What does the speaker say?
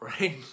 right